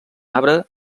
arbre